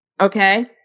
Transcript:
Okay